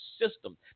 system